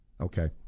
Okay